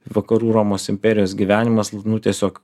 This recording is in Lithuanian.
vakarų romos imperijos gyvenimas nu tiesiog